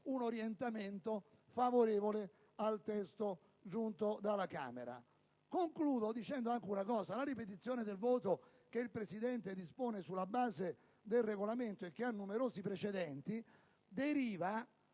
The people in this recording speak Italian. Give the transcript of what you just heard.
un orientamento favorevole al testo giunto dalla Camera. Concludo dicendo anche che la ripetizione del voto che il Presidente dispone sulla base del Regolamento e che ha numerosi precedenti non